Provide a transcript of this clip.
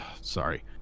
Sorry